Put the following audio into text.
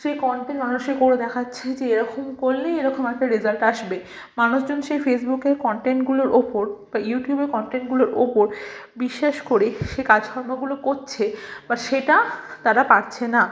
সে content মানুষে করে দেখাচ্ছে যে এরকম করলে এরকম একটা রেজাল্ট আসবে মানুষজন সেই ফেসবুকে কন্টেন্টগুলোর ওপর বা ইউটিউবে কন্টেন্টগুলোর ওপর বিশ্বাস করে সে কাজকর্মগুলো করছে বাট সেটা তারা পারছে না